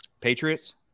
Patriots